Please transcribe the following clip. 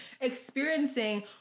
experiencing